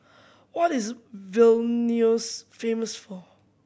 what is Vilnius famous for